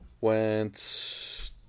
went